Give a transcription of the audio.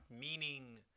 meaning